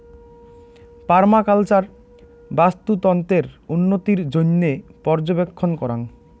permaculture বাস্তুতন্ত্রের উন্নতির জইন্যে পর্যবেক্ষণ করাং